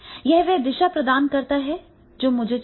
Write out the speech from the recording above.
यह वह दिशा प्रदान करता है जो मुझे चाहिए